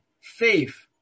faith